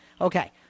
Okay